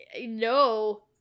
No